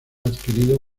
adquirido